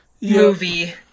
movie